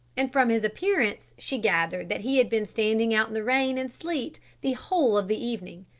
and from his appearance she gathered that he had been standing out in the rain and sleet the whole of the evening.